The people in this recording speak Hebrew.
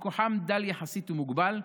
אומנם כוחם דל יחסית ומוגבל,